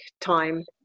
time